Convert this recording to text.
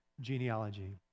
genealogy